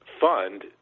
fund